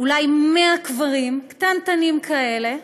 אולי 100 קברים קטנטנים כאלה.